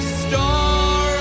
star